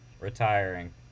retiring